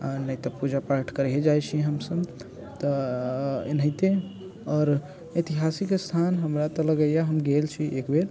नै तऽ पूजा पाठ करेहे ही जाय छी हमसब तऽ एनहैते और एतिहासिक स्थान हमरा तऽ लगैये हम गेल छी एक बेर